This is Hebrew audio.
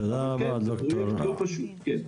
אבל כן, זה פרויקט לא פשוט, כן.